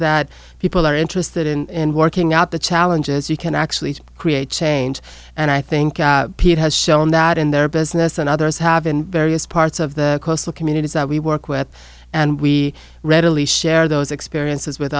that people are interested in working out the challenges you can actually create change and i think pete has shown that in their business and others have in various parts of the coastal communities that we work with and we readily share those experiences with